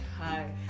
Hi